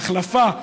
ההחלפה,